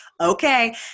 okay